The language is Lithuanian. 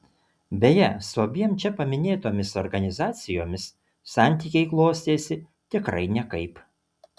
beje su abiem čia paminėtomis organizacijomis santykiai klostėsi tikrai nekaip